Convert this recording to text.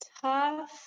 tough